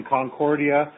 Concordia